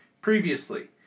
Previously